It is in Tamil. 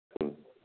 ம்